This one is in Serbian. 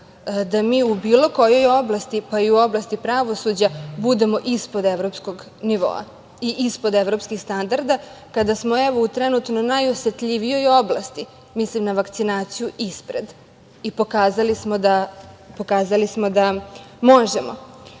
da mi u bilo kojoj oblasti, pa ni u oblasti pravosuđa, budemo ispod evropskog nivoa i ispod evropskih standarda, kada smo, evo, u trenutno najosetljivijoj oblasti, mislim na vakcinaciju, ispred. Pokazali smo da